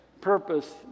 purpose